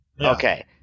Okay